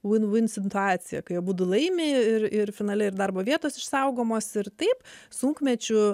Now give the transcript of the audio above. win win situacija kai abudu laimi ir ir finale ir darbo vietos išsaugomos ir taip sunkmečiu